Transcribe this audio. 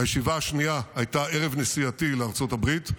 הישיבה השנייה הייתה ערב נסיעתי לארצות הברית,